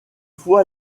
fois